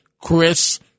Chris